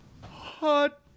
Hot